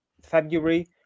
February